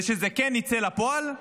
ושזה כן יצא לפועל,